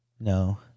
no